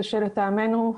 לטעמנו,